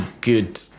good